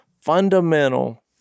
fundamental